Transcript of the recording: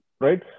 right